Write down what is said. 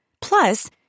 Plus